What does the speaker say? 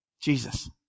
Jesus